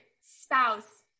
spouse